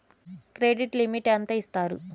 Credit limit ఎంత ఇస్తారు?